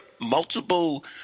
multiple